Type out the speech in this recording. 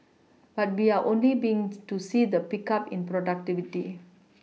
but we are only being to see the pickup in productivity